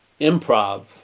improv